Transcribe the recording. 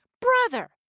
Brother